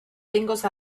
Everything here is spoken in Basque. behingoz